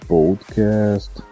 Podcast